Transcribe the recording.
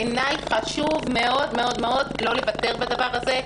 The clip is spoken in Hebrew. בעיניי חשוב מאוד מאוד לא לוותר בעניין הזה.